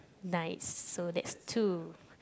nice so that's two